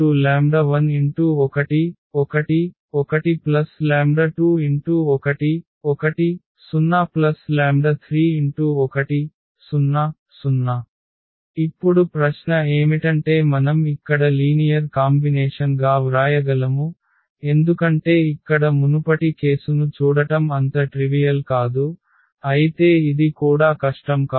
v1 v2 v3 11 1 1 21 1 0 31 0 0 ఇప్పుడు ప్రశ్న ఏమిటంటే మనం ఇక్కడ లీనియర్ కాంబినేషన్ గా వ్రాయగలము ఎందుకంటే ఇక్కడ మునుపటి కేసును చూడటం అంత ట్రివియల్ కాదు అయితే ఇది కూడా కష్టం కాదు